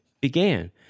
Began